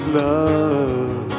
love